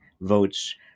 votes